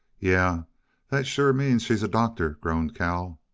yeah that sure means she's a doctor, groaned cal.